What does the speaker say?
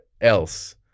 else